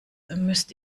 müsst